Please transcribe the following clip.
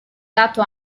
dato